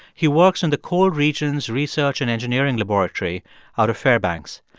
he works in the cold regions research and engineering laboratory out of fairbanks.